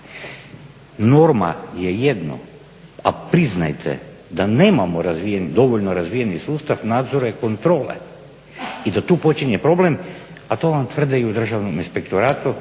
Norma je jedno, a priznajte da nemamo dovoljno razvijeni sustav nadzora i kontrole i da tu počinje problem, a to vam tvrde i u Državnom inspektoratu